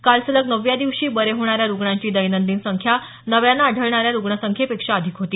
काल सलग नवव्या दिवशी बरे होणाऱ्या रुग्णांची दैनंदिन संख्या नव्यानं आढळणाऱ्या रुग्णसंख्येपेक्षा अधिक होती